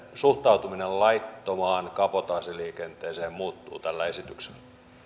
suhtautuminen laittomaan kabotaasiliikenteeseen muuttuu tällä esityksellä